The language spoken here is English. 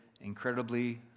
incredibly